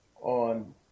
on